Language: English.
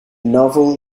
novel